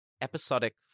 episodic